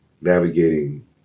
navigating